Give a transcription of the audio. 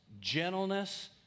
gentleness